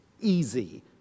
Easy